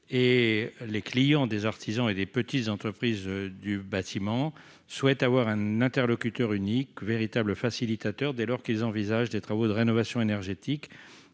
les clients des artisans et des petites entreprises du bâtiment souhaitent avoir un interlocuteur unique, véritable facilitateur, dès lors qu'ils envisagent des travaux de rénovation énergétique